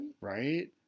right